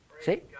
See